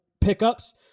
pickups